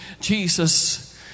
Jesus